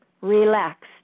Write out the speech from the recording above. Relaxed